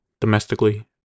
domestically